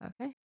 Okay